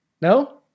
No